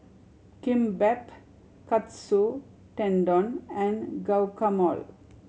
Kimbap Katsu Tendon and Guacamole